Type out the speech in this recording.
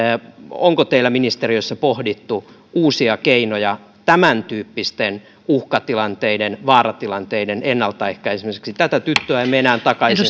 onko teillä ministeriössä pohdittu uusia keinoja tämäntyyppisten uhkatilanteiden vaaratilanteiden ennaltaehkäisemiseksi tätä tyttöä emme enää takaisin